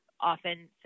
often